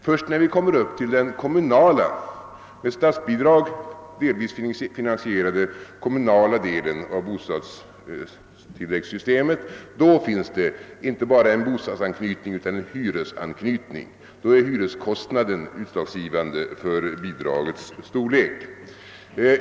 Först när vi kommer till den delvis med statsbidrag finansierade kommunala delen av bostadstilläggssystemet finns det inte bara en bostadsanknytning utan även en hyresanknytning; hyreskostnaden är utslagsgivande för bidragets storlek.